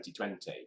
2020